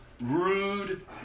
rude